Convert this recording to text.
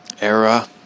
era